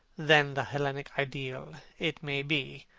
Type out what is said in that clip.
than the hellenic ideal, it may be.